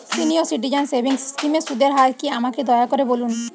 senior citizen savings স্কিমের সুদের হার কী আমাকে দয়া করে বলুন